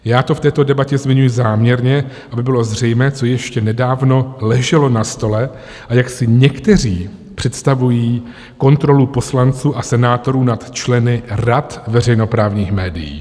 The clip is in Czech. Já to v této debatě zmiňuji záměrně, aby bylo zřejmé, co ještě nedávno leželo na stole a jak si někteří představují kontrolu poslanců a senátorů nad členy rad veřejnoprávních médií.